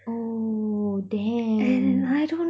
oh damn